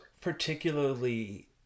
particularly